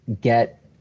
get